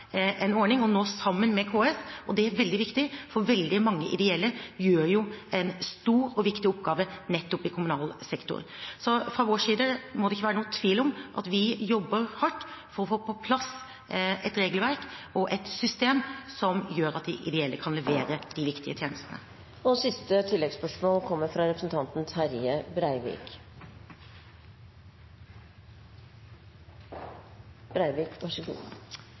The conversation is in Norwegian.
en ordning – og nå sammen med KS – og det er veldig viktig, for veldig mange ideelle gjør jo en stor og viktig oppgave nettopp i kommunal sektor. Så det må ikke være noen tvil om at vi fra vår side jobber hardt for å få på plass et regelverk og et system som gjør at de ideelle kan levere de viktige tjenestene.